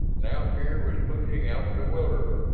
now fear was pushing out bewilderment.